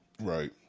Right